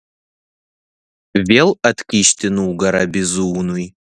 vėl atkišti nugarą bizūnui